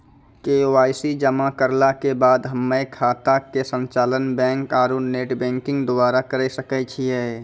KYC जमा करला के बाद हम्मय खाता के संचालन बैक आरू नेटबैंकिंग द्वारा करे सकय छियै?